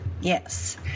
Yes